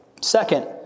Second